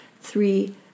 three